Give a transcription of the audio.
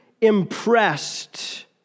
impressed